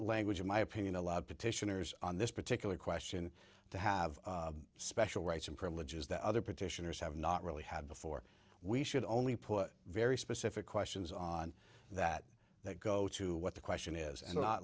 language in my opinion a lot of petitioners on this particular question to have special rights and privileges that other petitioners have not really had before we should only put very specific questions on that that go to what the question is